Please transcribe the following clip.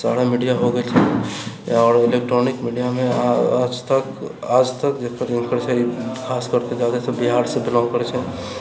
सारा media हो गेलै आओर इलेक्ट्रॉनिक मीडिआमे आजतक खास करिके जादे छै बिहार से बिलोंग करैत छै